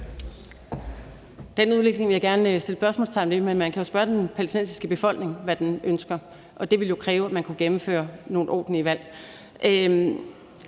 Den udvikling vil jeg gerne sætte spørgsmålstegn ed. Men man kan jo spørge den palæstinensiske befolkning, hvad den ønsker, og det ville jo kræve, at man kunne gennemføre nogle ordentlige valg.